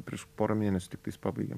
prieš porą mėnesių tiktais pabaigėm